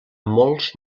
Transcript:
molts